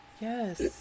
Yes